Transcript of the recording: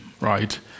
right